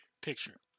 picture